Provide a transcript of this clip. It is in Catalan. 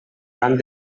van